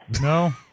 No